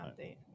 update